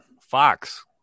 Fox